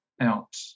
out